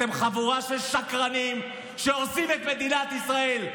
אתם חבורה של שקרנים שהורסים את מדינת ישראל.